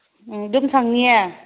ꯑꯗꯨꯝ ꯁꯪꯅꯤꯌꯦ